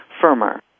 firmer